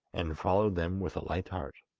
and followed them with a light heart.